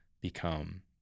become